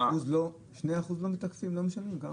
2% לא מתקפים, לא משלמים?